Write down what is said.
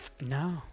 No